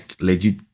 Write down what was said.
legit